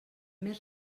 més